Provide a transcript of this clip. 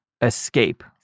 escape